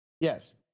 Yes